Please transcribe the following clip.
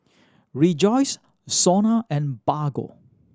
Rejoice SONA and Bargo